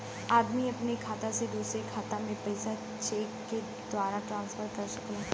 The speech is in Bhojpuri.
आदमी अपने खाता से दूसरे के खाता में पइसा चेक के द्वारा ट्रांसफर कर सकला